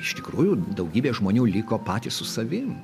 iš tikrųjų daugybė žmonių liko patys su savim